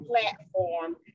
platform